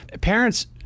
parents